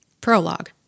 Prologue